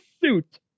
suit